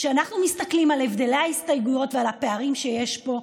כשאנחנו מסתכלים על הבדלי ההסתייגויות ועל הפערים שיש פה,